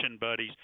buddies